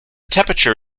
temperature